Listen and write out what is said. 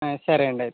ఆ సరే అండి అయితే